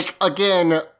again